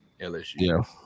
LSU